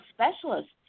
specialists